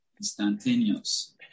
instantaneous